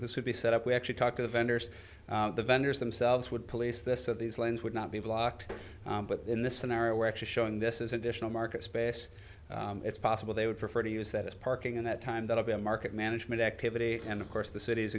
would be set up actually talk to the vendors the vendors themselves would police this so these lines would not be blocked but in this scenario we're actually showing this is additional market space it's possible they would prefer to use that as parking in that time that'll be a market management activity and of course the city's